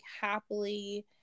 happily